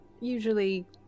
Usually